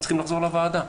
צריכים לחזור לוועדה.